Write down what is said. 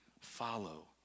follow